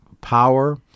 power